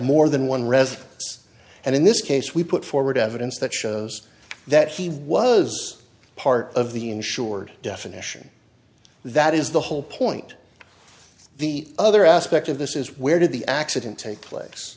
more than one residence and in this case we put forward evidence that shows that he was part of the insured definition that is the whole point the other aspect of this is where did the accident take place